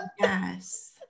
yes